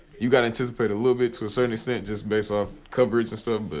you gotta anticipate a little bit to a certain extent just based off coverage and stuff,